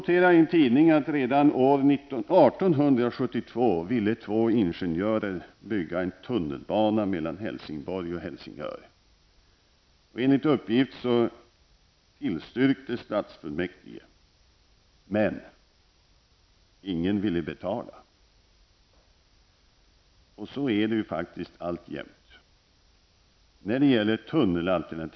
Jag har i en tidning noterat att två ingenjörer redan år 1872 ville bygga en tunnelbana mellan Helsingborg och Helsingör. Enligt uppgift tillstyrkte stadsfullmäktige, men ingen ville betala, och så är det faktiskt alltjämt.